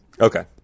Okay